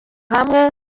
hamwe